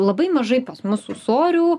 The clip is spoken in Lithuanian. labai mažai pas mus ūsorių